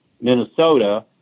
Minnesota